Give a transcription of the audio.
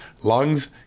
lungs